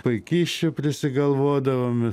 paikysčių prisigalvodavom